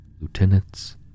lieutenants